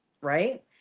right